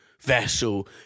vessel